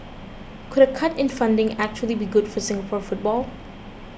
could a cut in funding actually be good for Singapore football